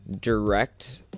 direct